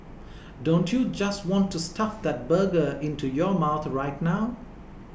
don't you just want to stuff that burger into your mouth right now